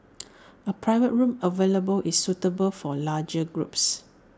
A private room available is suitable for large groups